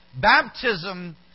Baptism